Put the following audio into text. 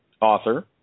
author